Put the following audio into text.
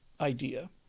idea